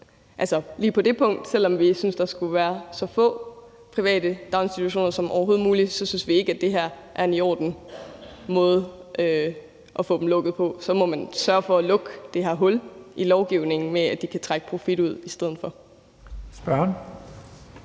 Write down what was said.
ramme gennemsnittet. Så selv om vi synes, der skal være så få private daginstitutioner som overhovedet muligt, synes vi ikke, det her er en ordentlig måde at få dem lukket på. Så må man i stedet for sørge for at få lukket det her hul i lovgivningen, som betyder, at de kan trække profit ud. Kl.